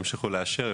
ימשיכו לאשר,